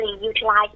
utilize